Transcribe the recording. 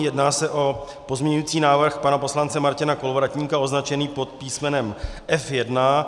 Jedná se o pozměňovací návrh pana poslance Martina Kolovratníka označený pod písmenem F1.